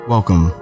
Welcome